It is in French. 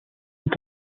est